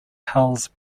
hulls